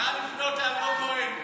נא לפנות לאלמוג כהן.